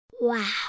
Wow